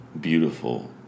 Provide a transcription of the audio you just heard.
Beautiful